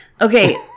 Okay